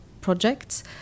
projects